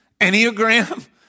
Enneagram